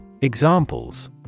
Examples